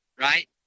right